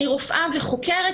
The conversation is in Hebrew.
אני רופאה וחוקרת,